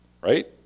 Right